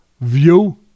view